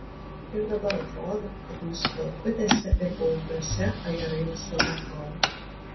ir dabar atrodo kad mūsų pelkutėse ir paupiuose ajerai visada augo